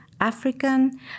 African